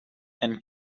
and